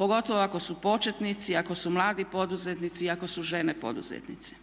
pogotovo ako su početnici, ako su mladi poduzetnici i ako su žene poduzetnici.